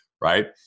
right